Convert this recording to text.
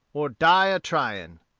or die a-trying.